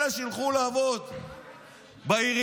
אלה שילכו לעבוד בעירייה.